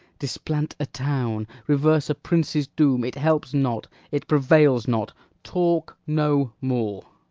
displant a town, reverse a prince's doom, it helps not, it prevails not talk no more.